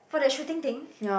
for that shooting thing